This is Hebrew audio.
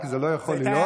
כי זה לא יכול להיות,